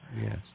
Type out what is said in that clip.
Yes